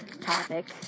topic